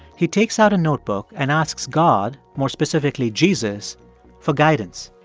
he takes out a notebook and asks god more specifically, jesus for guidance.